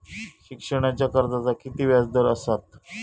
शिक्षणाच्या कर्जाचा किती व्याजदर असात?